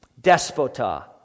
Despota